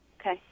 Okay